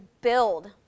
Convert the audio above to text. build